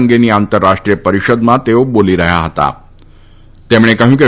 અંગેની આંતરરાષ્ટ્રીય પરિષદમાં તેઓ બોલી રહ્યા હતાતેમણે કહ્યું કે